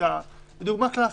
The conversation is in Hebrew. הייתה דוגמה קלסית,